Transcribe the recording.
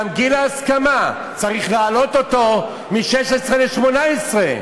גם את גיל ההסכמה צריך להעלות מ-16 ל-18.